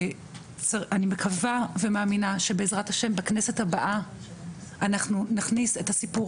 ואני מקווה ומאמינה שבעזרת השם בכנסת הבאה אנחנו נכניס את הסיפור